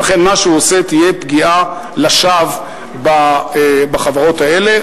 ולכן, מה שהוא עושה יהיה פגיעה לשווא בחברות האלה.